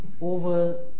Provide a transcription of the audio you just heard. over